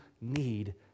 need